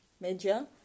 major